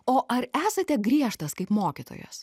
o ar esate griežtas kaip mokytojas